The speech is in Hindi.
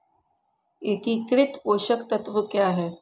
एकीकृत पोषक तत्व क्या है?